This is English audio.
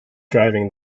driving